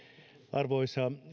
arvoisa